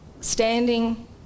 standing